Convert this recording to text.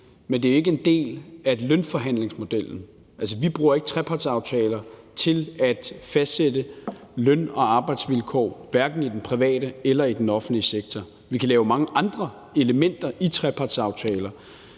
men den er ikke en del af lønforhandlingsmodellen. Vi bruger ikke trepartsaftaler til at fastsætte løn- og arbejdsvilkår, hverken i den private eller i den offentlige sektor. Vi kan have mange andre elementer i trepartsaftalerne,